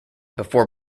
before